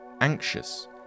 anxious